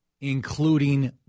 including